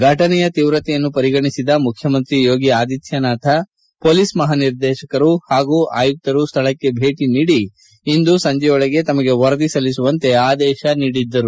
ಫಟನೆಯ ತೀವ್ರತೆಯನ್ನು ಪರಿಗಣಿಸಿದ ಮುಖ್ಯಮಂತ್ರಿ ಯೋಗಿ ಆದಿತ್ಯನಾಥ್ ಪೊಲೀಸ್ ಮಹಾನಿರೀಕ್ಷಕರು ಹಾಗೂ ಆಯುಕ್ತರು ಸ್ಥಳಕ್ಷೆ ಭೇಟಿ ನೀಡಿ ಇಂದು ಸಂಜೆಯೊಳಗೆ ತಮಗೆ ವರದಿ ಸಲ್ಲಿಸುವಂತೆ ಆದೇಶಿಸಿದ್ದರು